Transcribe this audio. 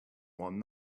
one